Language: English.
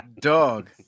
Dog